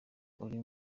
uri